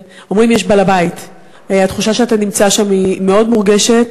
אומרים "יש בעל-בית" התחושה שאתה נמצא שם היא מאוד מורגשת.